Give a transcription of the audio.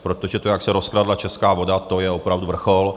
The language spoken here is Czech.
Protože to, jak se rozkradla česká voda, to je opravdu vrchol.